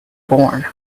born